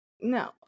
No